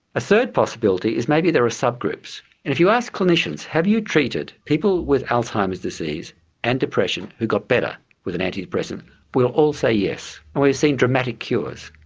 a third possibility is maybe there are sub-groups. and if you ask clinicians, have you treated people with alzheimer's disease and depression who got better with an antidepressant we'll all say yes. we've seen dramatic cures.